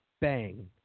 Bang